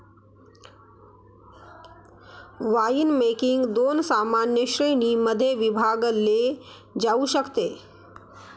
winemaking दोन सामान्य श्रेणीं मध्ये विभागले जाऊ शकते